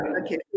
okay